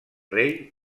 rei